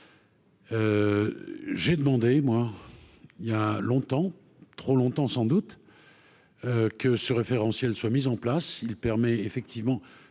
J'ai demandé, moi il y a longtemps, trop longtemps sans doute que ce référentiel soit mises en place, il permet, effectivement,